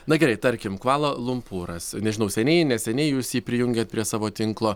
na gerai tarkim kvala lumpūras nežinau seniai neseniai jūs jį prijungiate prie savo tinklo